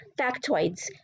factoids